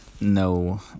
no